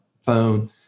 phone